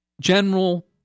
general